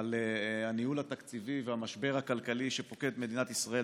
על הניהול התקציבי והמשבר הכלכלי שפוקד את מדינת ישראל.